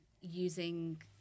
using